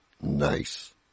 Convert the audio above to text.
Nice